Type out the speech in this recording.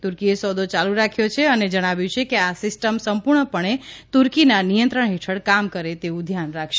તૂર્કીએ સોદો ચાલુ રાખ્યો છે અને જણાવ્યું છે કે આ સીસ્ટમ સંપૂર્ણપણે તૂર્કીના નિયંત્રણ હેઠળ કામ કરે તેવ્રં ધ્યાન રાખશે